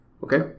Okay